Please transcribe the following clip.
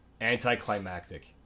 anticlimactic